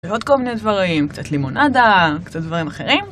ועוד כל מיני דברים, קצת לימונדה, קצת דברים אחרים.